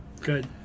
Good